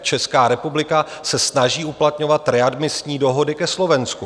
Česká republika se snaží uplatňovat readmisní dohody ke Slovensku.